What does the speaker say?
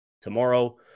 tomorrow